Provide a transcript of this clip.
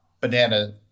banana